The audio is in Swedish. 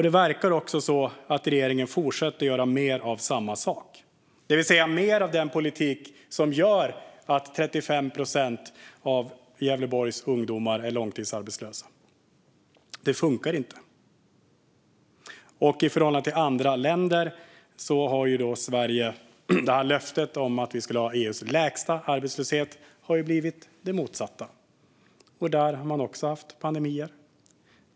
Det verkar som om regeringen fortsätter göra mer av samma sak, det vill säga mer av den politik som gör att 35 procent av Gävleborgs ungdomar är långtidsarbetslösa. Det här funkar inte. Sverige har ställt ett löfte om att ha EU:s lägsta arbetslöshet i förhållande till andra länder, men det har blivit det motsatta. Där har man ju också haft en pandemi.